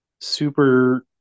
super